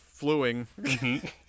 fluing